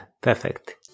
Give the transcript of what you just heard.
perfect